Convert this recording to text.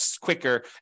quicker